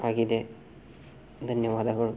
ಆಗಿದೆ ಧನ್ಯವಾದಗಳು